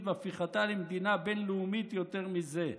והפיכתה למדינה בין-לאומית יותר מזה.